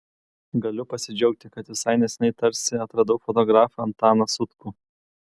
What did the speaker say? galiu pasidžiaugti kad visai neseniai tarsi atradau fotografą antaną sutkų